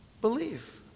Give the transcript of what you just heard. belief